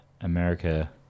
America